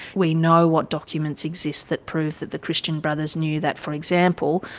we know what documents exist that prove that the christian brothers knew that, for example,